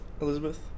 Elizabeth